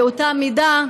באותה מידה,